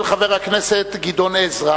של חבר הכנסת גדעון עזרא,